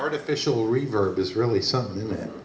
artificial reverb is really something that